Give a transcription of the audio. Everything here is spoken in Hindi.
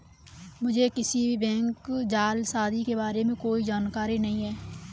मुझें किसी भी बैंक जालसाजी के बारें में कोई जानकारी नहीं है